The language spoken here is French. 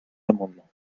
amendement